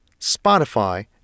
Spotify